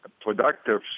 productive